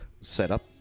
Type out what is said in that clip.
setup